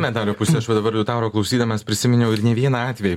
medalio pusė aš va dabar liutauro klausydamas prisiminiau ir ne vieną atvejį